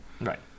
Right